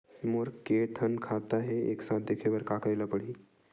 मोर के थन खाता हे एक साथ देखे बार का करेला पढ़ही?